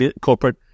corporate